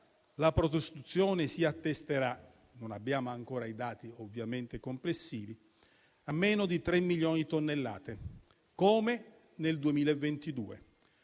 la produzione si attesterà - non abbiamo ancora i dati complessivi - a meno di 3 milioni di tonnellate, come nel 2022,